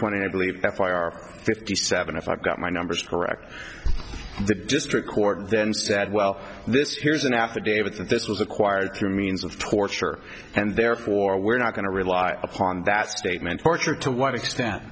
twenty i believe that's why our fifty seven if i've got my numbers correct the district court then said well this here's an affidavit that this was acquired through means of torture and therefore we're not going to rely upon that statement torture to what extent